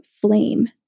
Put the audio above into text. flame